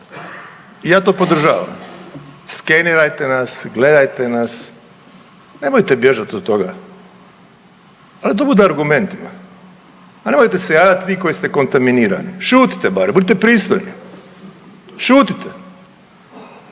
Ja to podržavam. Skenirajte nas, gledajte nas, nemojte bježat od toga, ali da bude argumentima, a nemojte se javljat vi koji ste kontaminirani. Šutite bar, budite pristojni, šutite. Šutite